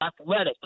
athletic